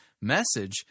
message